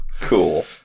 Cool